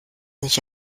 nicht